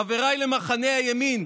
חבריי למחנה הימין,